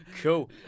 Cool